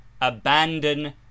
Abandon